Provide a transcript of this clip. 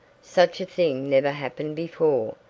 such a thing never happened before.